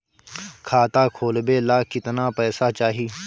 खाता खोलबे ला कितना पैसा चाही?